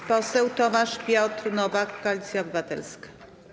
Pan poseł Tomasz Piotr Nowak, Koalicja Obywatelska.